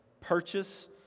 purchase